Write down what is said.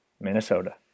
Minnesota